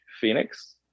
Phoenix